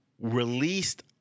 Released